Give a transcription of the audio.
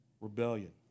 Rebellion